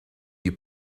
you